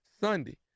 Sunday